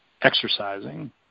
exercising